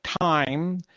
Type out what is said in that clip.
time